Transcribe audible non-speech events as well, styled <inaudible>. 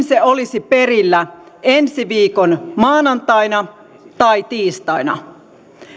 <unintelligible> se olisi perillä ensi viikon maanantaina tai tiistaina